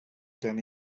ten